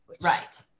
Right